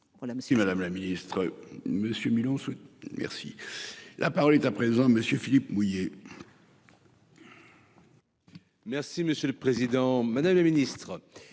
Voilà. Madame la ministre. Monsieur Milan. Merci. La parole est à présent monsieur Philippe mouiller.-- Merci monsieur le président, madame le ministre,